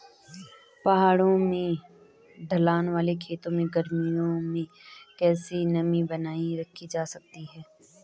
पहाड़ों में ढलान वाले खेतों में गर्मियों में कैसे नमी बनायी रखी जा सकती है?